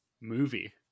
movie